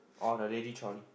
oh the lady trolley